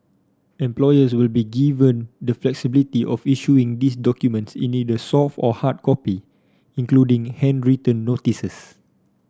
employers will be given the flexibility of issuing these documents in either soft or hard copy including handwritten notices